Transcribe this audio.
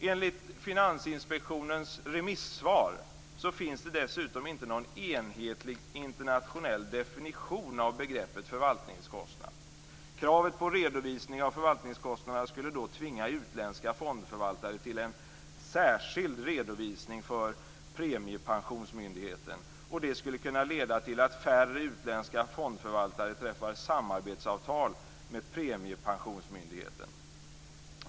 Enligt Finansinspektionens remissvar finns det dessutom inte någon enhetlig internationell definition av begreppet förvaltningskostnad. Kravet på redovisning av förvaltningskostnader skulle tvinga utländska fondförvaltare till en särskild redovisning för Premiepensionsmyndigheten. Det skulle kunna leda till att färre utländska fondförvaltare träffar samarbetsavtal med Premiepensionsmyndigheten.